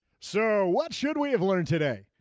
so what should we have learned today?